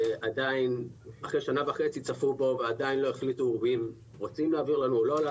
אחרי שנה וחצי צפו בו ועדיין לא החליטו אם רוצים להעביר לנו או לא.